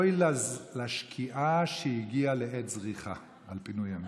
אוי לשקיעה שהגיעה לעת זריחה, על פינוי ימית.